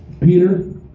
Peter